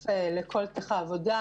שותפים לכל תהליך העבודה,